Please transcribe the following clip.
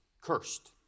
cursed